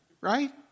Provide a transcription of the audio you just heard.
right